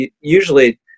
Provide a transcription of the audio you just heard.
usually